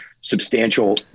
substantial